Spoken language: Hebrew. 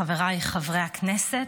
חבריי חברי הכנסת,